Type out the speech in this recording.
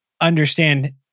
understand